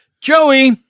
Joey